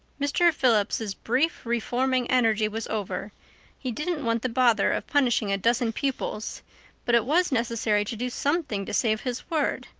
mr. phillips's brief reforming energy was over he didn't want the bother of punishing a dozen pupils but it was necessary to do something to save his word,